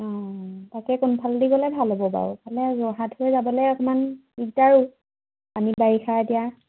অ তাকে কোনফালেদি গ'লে ভাল হ'ব বাৰু এইফালে যোৰহাট হৈ যাবলে অকমান দিগদাৰো পানী বাৰিষা এতিয়া